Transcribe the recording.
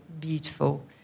beautiful